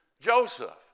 Joseph